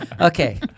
Okay